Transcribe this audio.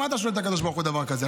מה אתה שואל את הקדוש ברוך הוא דבר כזה?